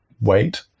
wait